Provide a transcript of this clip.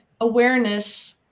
awareness